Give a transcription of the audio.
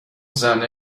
زنه